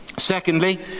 Secondly